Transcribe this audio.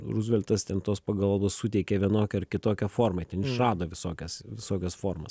ruzveltas ten tos pagalbos suteikė vienokia ar kitokia forma ten išrado visokias visokias formas